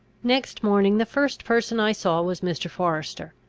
next morning the first person i saw was mr. forester.